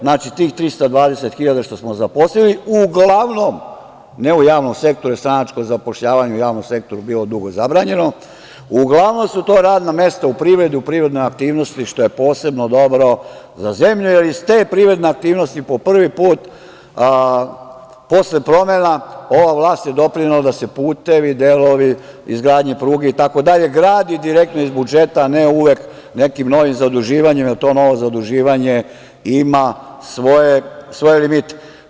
Znači, tih 320 hiljada što smo zaposlili uglavnom, ne u javnom sektoru jer je stranačko zapošljavanje u javnom sektoru bilo zabranjeno, u privredi, u privrednoj aktivnosti, što je posebno dobro za zemlju, jer iz te privredne aktivnosti, po prvi put posle promena, ova vlast je doprinela da se putevi, pruge grade direktno iz budžeta, a ne uvek nekim novim zaduživanjem, jer to novo zaduživanje ima svoje limite.